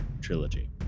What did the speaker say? trilogy